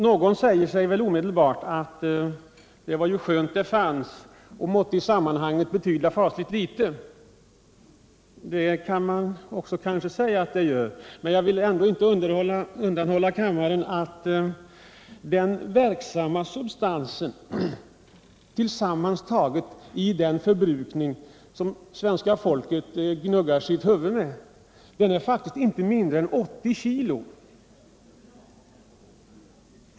Någon säger sig väl omedelbart att det är skönt att det här medlet finns och att det i sammanhanget måste betyda fasligt litet. Det kan man kanske säga att det gör. Men jag vill ändå inte undanhålla kammaren att mängden verksam substans i den mängd av detta medel som svenska folket gnuggar sina huvuden med faktiskt inte är mindre än 80 kg.